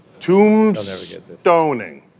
Tombstoning